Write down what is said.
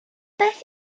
beth